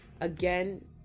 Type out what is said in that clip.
again